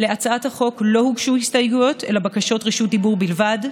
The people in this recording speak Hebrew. להצעת החוק לא הוגשו הסתייגויות אלא בקשות רשות דיבור בלבד.